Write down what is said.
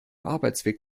arbeitsweg